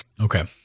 Okay